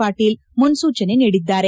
ಪಾಟೀಲ್ ಮುನ್ಲೂಚನೆ ನೀಡಿದ್ದಾರೆ